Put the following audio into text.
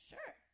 Sure